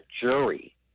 jury